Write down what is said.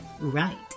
right